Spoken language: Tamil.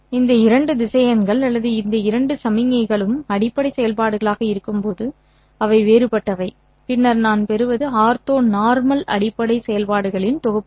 இந்த இரண்டு திசையன்கள் அல்லது இந்த இரண்டு சமிக்ஞைகளும் அடிப்படை செயல்பாடுகளாக இருக்கும்போது அவை வேறுபட்டவை பின்னர் நான் பெறுவது ஆர்த்தோனார்மல் அடிப்படை செயல்பாடுகளின் தொகுப்பாகும்